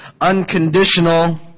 unconditional